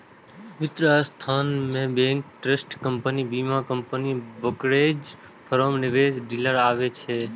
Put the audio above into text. वित्त संस्थान मे बैंक, ट्रस्ट कंपनी, बीमा कंपनी, ब्रोकरेज फर्म आ निवेश डीलर आबै छै